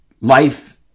life